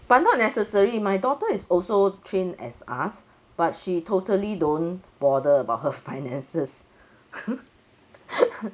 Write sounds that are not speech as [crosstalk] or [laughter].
but not necessary my daughter is also trained as us but she totally don't bother about her finances [laughs]